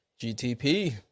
GTP